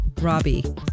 Robbie